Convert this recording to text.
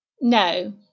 No